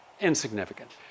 insignificant